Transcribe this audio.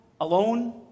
alone